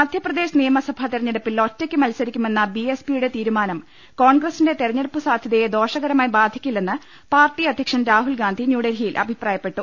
മധ്യപ്രദേശ് നിയമസഭാ തെരഞ്ഞെടുപ്പിൽ ഒറ്റയ്ക്ക് മത്സരി ക്കുമെന്ന ബി എസ് പിയുടെ തീരുമാനം കോൺഗ്രസിന്റെ തെര ഞ്ഞെടുപ്പ് സാധ്യതയെ ദോഷകരമായി ബാധിക്കില്ലെന്ന് പാർട്ടി അധ്യക്ഷൻ രാഹുൽ ഗാന്ധി ന്യൂഡൽഹിയിൽ അഭിപ്രായപ്പെ ട്ടു